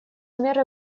меры